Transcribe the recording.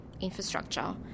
infrastructure